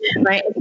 right